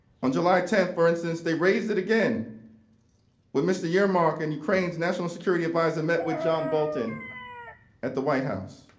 on july ten, for instance, they raised it again when mr. your mark and ukraine's national security advisor met with john bolton at the white house.